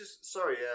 Sorry